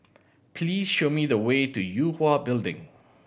please show me the way to Yue Hwa Building